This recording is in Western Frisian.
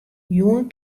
jûn